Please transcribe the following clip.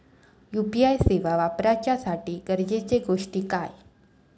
UPI सेवा वापराच्यासाठी गरजेचे गोष्टी काय?